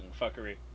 fuckery